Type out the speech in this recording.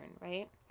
right